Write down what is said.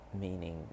meaning